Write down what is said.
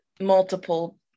multiple